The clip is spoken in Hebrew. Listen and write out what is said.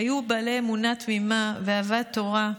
שהיו בעלי אמונה תמימה ואהבת תורה,